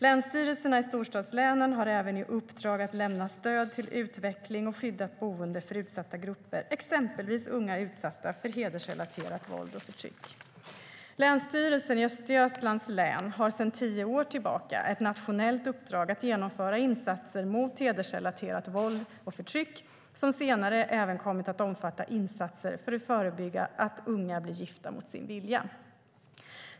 Länsstyrelserna i storstadslänen har även i uppdrag att lämna stöd till utveckling av skyddat boende för utsatta grupper, exempelvis unga utsatta för hedersrelaterat våld och förtryck. Länsstyrelsen i Östergötlands län har sedan tio år tillbaka ett nationellt uppdrag att genomföra insatser mot hedersrelaterat våld och förtryck, som senare även kommit att omfatta insatser för att förebygga att unga blir gifta mot sin vilja.